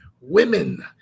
Women